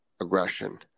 aggression